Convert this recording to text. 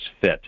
fit